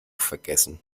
vergessen